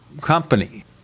company